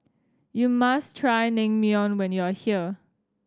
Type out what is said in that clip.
you must try Naengmyeon when you are here